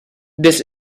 this